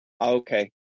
Okay